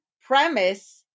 premise